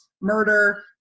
murder